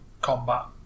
combat